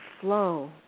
flow